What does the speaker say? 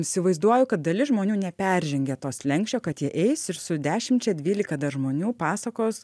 įsivaizduoju kad dalis žmonių neperžengia to slenksčio kad jie eis ir su dešimčia dvylika dar žmonių pasakos